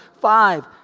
five